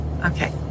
Okay